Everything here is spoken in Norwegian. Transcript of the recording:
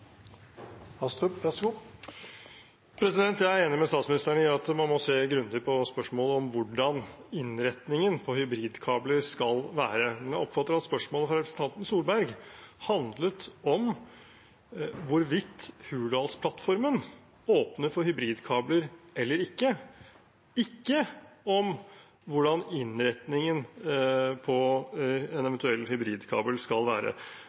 enig med statsministeren i at man må se grundig på spørsmålet om hvordan innretningen på hybridkabler skal være, men jeg oppfatter at spørsmålet fra representanten Solberg handlet om hvorvidt Hurdalsplattformen åpner for hybridkabler eller ikke, ikke om hvordan innretningen på en eventuell hybridkabel skal være.